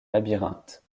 labyrinthe